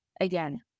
again